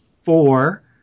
four